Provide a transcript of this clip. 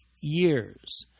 years